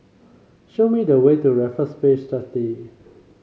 show me the way to Raffles Place Jetty